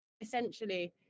essentially